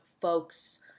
folks